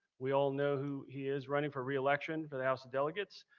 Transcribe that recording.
we all know who he is, running for reelection for the house of delegates.